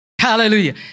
Hallelujah